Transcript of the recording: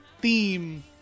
theme